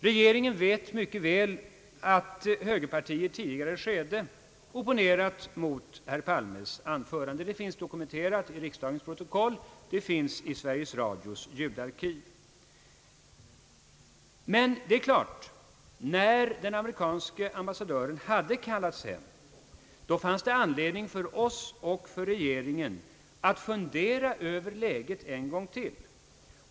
Regeringen vet mycket väl att högerpartiet i tidigare skede opponerat mot herr Palmes anförande. Det finns dokumenterat i riksdagens protokoll och det finns i Sveriges Radios ljudarkiv. Men det är klart att när den amerikanske ambassadören hade kallats hem så fanns det anledning för oss — och för regeringen — att fundera över lä get en gång till.